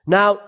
Now